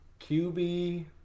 QB